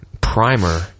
primer